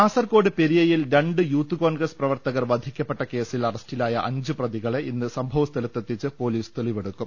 കാസർകോട് പെരിയയിൽ രണ്ട് യൂത്ത് കോൺഗ്രസ് പ്രവർത്ത കർ വധിക്കപ്പെട്ട കേസിൽ അറസ്റ്റിലായ അഞ്ച് പ്രതികളെ ഇന്ന് സംഭ വസ്ഥലത്തെത്തിച്ച് പൊലീസ് തെളിവെടുക്കും